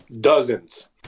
Dozens